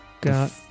got